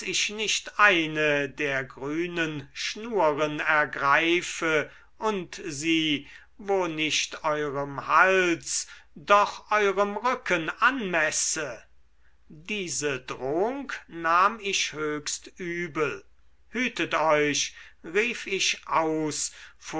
ich nicht eine der grünen schnuren ergreife und sie wo nicht eurem hals doch eurem rücken anmesse diese drohung nahm ich höchst übel hütet euch rief ich aus